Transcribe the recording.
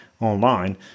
online